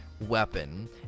weapon